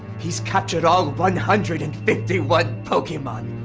he's captured all one hundred and fifty one pokemon.